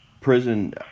prison